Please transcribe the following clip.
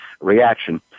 reaction